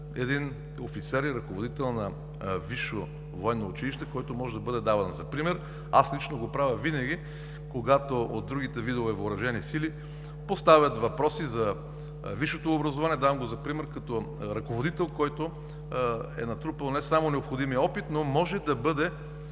един офицер и ръководител на Висше военно училище, което може да бъде давано за пример. Аз лично го правя винаги, когато от другите видове въоръжени сили поставят въпроси за висшето образование. Давам го за пример като ръководител, който е натрупал не само необходимия опит, но може да бъде